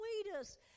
sweetest